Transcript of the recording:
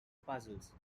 puzzles